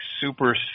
super